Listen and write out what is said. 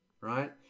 Right